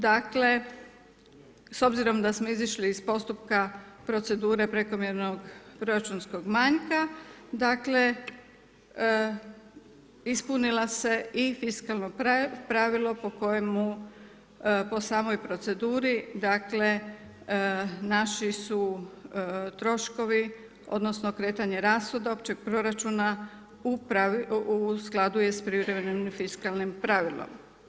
Dakle, s obzirom da smo izišli iz postupka procedure prekomjernog proračunskog manjka, dakle ispunilo se i fiskalno pravilo po kojemu, po samom proceduri, dakle naši su troškovi, odnosno kretanje rashoda općeg proračuna u skladu je sa privremenim fiskalnim pravilom.